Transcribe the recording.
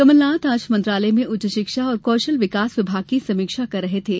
कमलनाथ आज मंत्रालय में उच्च शिक्षा और कौशल विभाग की समीक्षा कर रहे थे